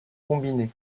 combinées